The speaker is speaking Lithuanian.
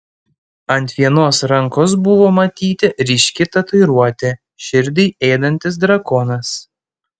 ant vienos rankos buvo matyti ryški tatuiruotė širdį ėdantis drakonas